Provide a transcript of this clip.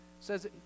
says